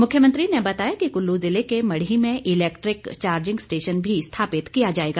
मुख्यमंत्री ने बताया कि कुल्लू जिले के मड़ी में इलैक्ट्रिक चार्जिंग स्टेशन भी स्थापित किया जाएगा